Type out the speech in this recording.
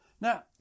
Now